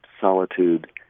solitude